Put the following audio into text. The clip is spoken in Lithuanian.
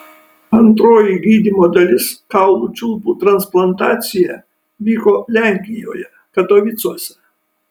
antroji gydymo dalis kaulų čiulpų transplantacija vyko lenkijoje katovicuose